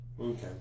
Okay